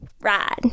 ride